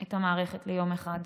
את המערכת ליום אחד,